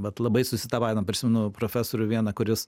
bet labai susitapatina prisimenu profesorių vieną kuris